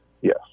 Yes